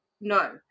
No